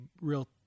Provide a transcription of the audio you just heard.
real